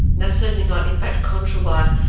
no, certainly not. in fact, contra-wise,